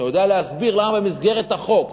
אתה יודע להסביר למה במסגרת החוק,